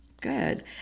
Good